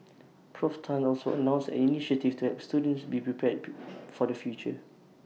Prof Tan also announced an initiative to help students be prepared for the future